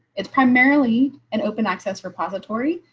it's primarily an open access repository.